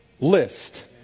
list